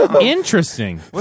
Interesting